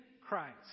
Christ